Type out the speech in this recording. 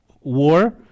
war